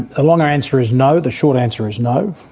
a long ah answer is no, the short answer is no.